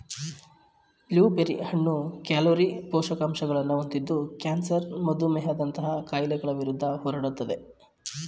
blue berry ಹಣ್ಣು calorie, ಪೋಷಕಾಂಶಗಳನ್ನು ಹೊಂದಿದ್ದು ಕ್ಯಾನ್ಸರ್ ಮಧುಮೇಹದಂತಹ ಕಾಯಿಲೆಗಳ ವಿರುದ್ಧ ಹೋರಾಡುತ್ತದೆ